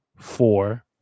four